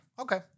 Okay